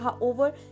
over